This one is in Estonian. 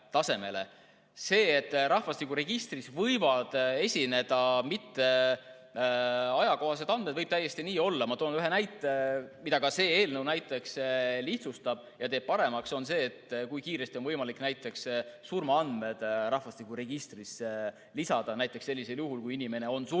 et rahvastikuregistris võivad esineda mitte ajakohased andmed – võib täiesti nii olla. Ma toon ühe näite. Üks asi, mida ka see eelnõu lihtsustab ja teeb paremaks, on see, kui kiiresti on võimalik surma andmed rahvastikuregistrisse lisada sellisel juhul, kui inimene on surnud